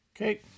Okay